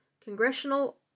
congressional